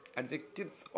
adjectives